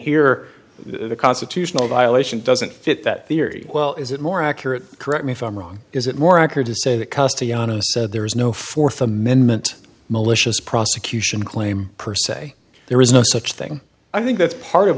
here the constitutional violation doesn't fit that theory well is it more accurate correct me if i'm wrong is it more accurate to say that cuss to be honest so there is no fourth amendment malicious prosecution claim per se there is no such thing i think that's part of